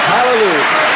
Hallelujah